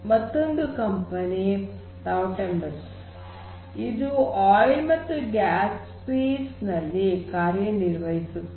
ಮತ್ತೊಂದು ಕಂಪನಿ ತೌಮೆಟಿಸ್ ಇದು ಆಯಿಲ್ ಮತ್ತು ಗ್ಯಾಸ್ ಸ್ಪೇಸ್ ನಲ್ಲಿ ಕಾರ್ಯವನ್ನು ನಿರ್ವಹಿಸುತ್ತದೆ